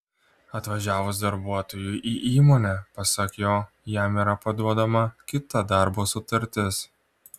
atvažiavus darbuotojui į įmonę pasak jo jam yra paduodama kita darbo sutartis